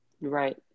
Right